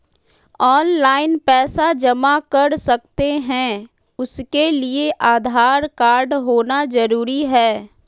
Online पैसा जमा कर सकते हैं उसके लिए आधार कार्ड होना जरूरी है?